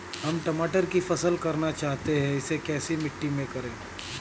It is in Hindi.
हम टमाटर की फसल करना चाहते हैं इसे कैसी मिट्टी में करें?